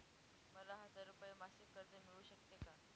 मला हजार रुपये मासिक कर्ज मिळू शकते का?